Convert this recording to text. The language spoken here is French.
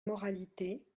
moralité